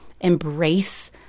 embrace